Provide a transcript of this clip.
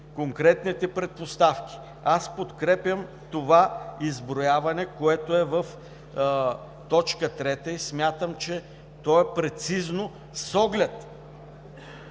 конкретните предпоставки. Аз подкрепям това изброяване, което е в т. 3, и смятам, че то е прецизно с оглед